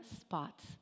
spots